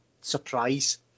surprise